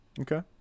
Okay